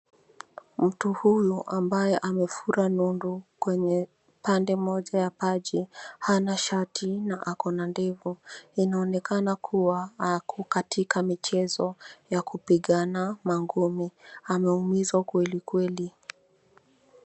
Mtu huyu ambaye amefura nundu kwenye pande moja ya paji hana shati na ako na ndevu. Inaonekana kuwa ako katika michezo ya kupigana mangumi. Ameumizwa kweli kweli.